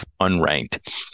unranked